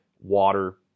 water